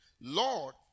Lord